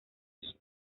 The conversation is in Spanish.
sus